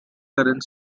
current